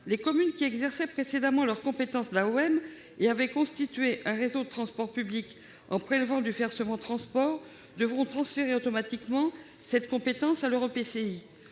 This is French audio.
les communes qui exerçaient précédemment leur compétence d'AOM et avaient constitué un réseau de transports publics en prélevant du versement transport devront transférer automatiquement cette compétence à leur EPCI.